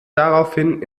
daraufhin